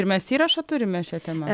ir mes įrašą turime šia tema